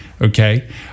okay